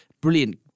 brilliant